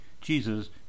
Jesus